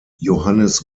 johannes